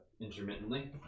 intermittently